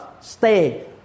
stay